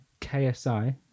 KSI